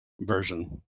version